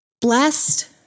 Blessed